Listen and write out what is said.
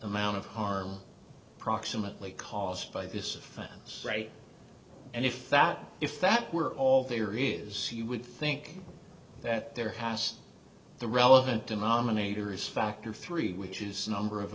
amount of harm proximately caused by this offense and if that if that were all there is you would think that there has the relevant denominators factor three which is the number of